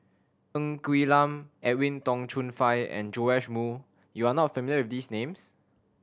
Ng Quee Lam Edwin Tong Chun Fai and Joash Moo you are not familiar with these names